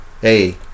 Hey